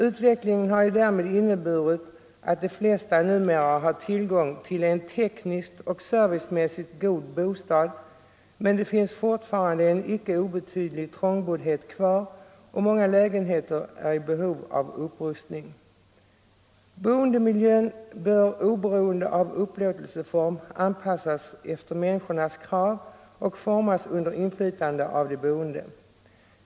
Utvecklingen har ju därmed inneburit att de flesta numera har tillgång till en tekniskt och servicemässigt god bostad, men det finns fortfarande en icke obetydlig trångboddhet kvar och många lägenheter är i behov av upprustning. Boendemiljön bör oberoende av upplåtelseform anpassas efter män niskornas krav och formas under inflytande av de boende.